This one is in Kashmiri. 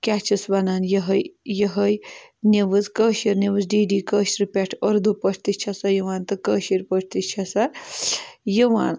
کیٛاہ چھِس وَنان یِہوٚے یِہوٚے نِوٕز کٲشٕر نِوٕز ڈی ڈی کٲشرِ پٮ۪ٹھ اُردو پٲٹھۍ تہِ چھےٚ سۄ یِوان تہٕ کٲشٕر پٲٹھۍ تہِ چھےٚ سۄ یِوان